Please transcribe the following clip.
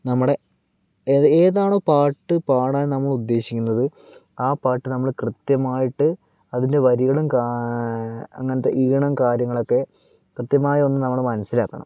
നമ്മുടെ ഏത് ഏതാണോ പാട്ട് പാടാൻ നമ്മൾ ഉദ്ദേശിക്കുന്നത് ആ പാട്ട് നമ്മൾ കൃത്യമായിട്ട് അതിൻ്റെ വരികളും അങ്ങനത്തെ ഈണവും കാര്യങ്ങളൊക്കെ കൃത്യമായി തന്നെ നമ്മൾ മനസിലാക്കണം